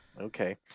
okay